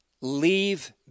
leave